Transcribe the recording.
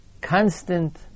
constant